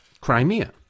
Crimea